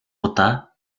удаа